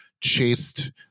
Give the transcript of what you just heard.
chased